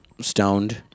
stoned